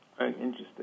interesting